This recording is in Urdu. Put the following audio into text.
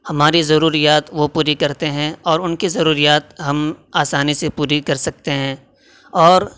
ہماری ضروریات وہ پوری کرتے ہیں اور ان کے ضروریات ہم آسانی سے پوری کر سکتے ہیں اور